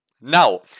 now